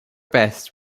best